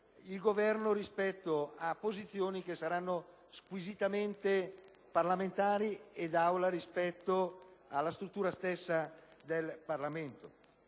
il Governo rispetto a posizioni che saranno squisitamente parlamentari e delle Assemblee rispetto alla struttura stessa del Parlamento.